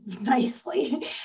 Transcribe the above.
nicely